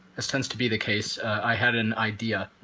as tends to be the case, i had an idea.